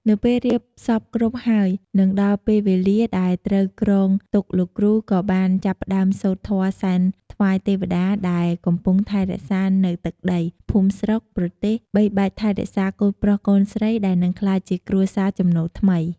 នៅពេលរៀបចំសព្វគ្រប់ហើយនិងដល់ពេលវេលាដែលត្រូវគ្រងទុកលោកគ្រូក៏បានចាប់ផ្តើមសូត្រធម៌សែនថ្វាយទេវតាដែលកំពុងថែរក្សានៅទឹកដី ភូមិស្រុក ប្រទេស បីបាច់ថែរក្សាកូនប្រុសកូនស្រីដែលនិងក្លាយជាគ្រួសារចំណូលថ្មី។